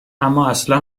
امااصلا